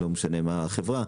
לא משנה מה החברה,